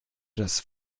das